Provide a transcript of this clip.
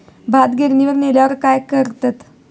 भात गिर्निवर नेल्यार काय करतत?